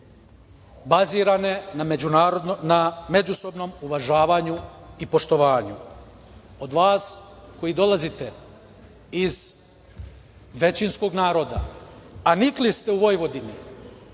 bazirane na međusobnom uvažavanju i poštovanju. Od vas koji dolazite iz većinskog naroda, a nikli ste u Vojvodini,